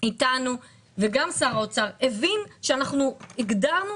אתנו וגם שר האוצר הבין שאנחנו הגדרנו